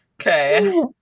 Okay